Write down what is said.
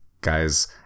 guys